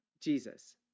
Jesus